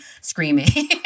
screaming